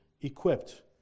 equipped